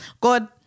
God